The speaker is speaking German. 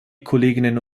kolleginnen